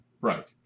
Right